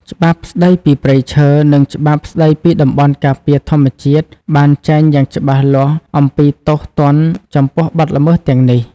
ច្បាប់ស្តីពីព្រៃឈើ និងច្បាប់ស្តីពីតំបន់ការពារធម្មជាតិបានចែងយ៉ាងច្បាស់លាស់អំពីទោសទណ្ឌចំពោះបទល្មើសទាំងនេះ។